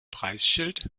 preisschild